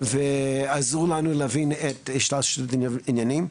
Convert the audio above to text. ועזרו לנו להבין את השתלשלות העניינים.